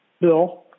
Bill